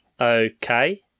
okay